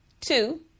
Two